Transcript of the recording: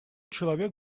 человек